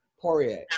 Poirier